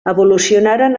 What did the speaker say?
evolucionaren